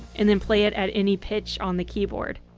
and then play it at any pitch on the keyboard.